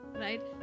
right